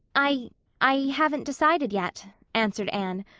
i i haven't decided yet, answered anne,